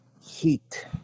heat